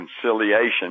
conciliation